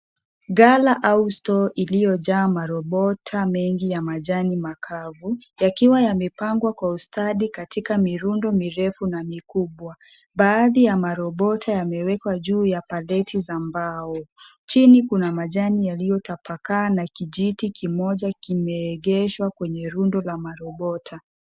Gala au stoo iliyojaa marobota mengi ya majani makavu yakiwa yamepangwa kwa ustadi katika mirundo mirefu na mikubwa, baadhi ya marobota yamewekwa juu ya palleti za mbao, chini kuna majani yaliyotapakaa na kijiti kimoja kimeegeshwa kwenye rundo la marobota.